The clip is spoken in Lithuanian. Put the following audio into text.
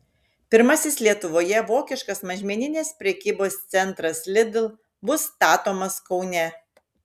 pirmasis lietuvoje vokiškas mažmeninės prekybos centras lidl bus statomas kaune